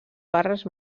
barres